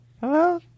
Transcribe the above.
Hello